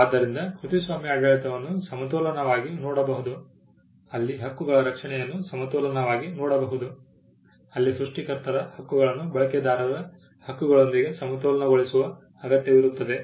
ಆದ್ದರಿಂದ ಕೃತಿಸ್ವಾಮ್ಯ ಆಡಳಿತವನ್ನು ಸಮತೋಲನವಾಗಿ ನೋಡಬಹುದು ಅಲ್ಲಿ ಹಕ್ಕುಗಳ ರಕ್ಷಣೆಯನ್ನು ಸಮತೋಲನವಾಗಿ ನೋಡಬಹುದು ಅಲ್ಲಿ ಸೃಷ್ಟಿಕರ್ತರ ಹಕ್ಕುಗಳನ್ನು ಬಳಕೆದಾರರ ಹಕ್ಕುಗಳೊಂದಿಗೆ ಸಮತೋಲನಗೊಳಿಸುವ ಅಗತ್ಯವಿರುತ್ತದೆ